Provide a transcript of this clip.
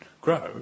grow